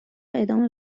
ادامه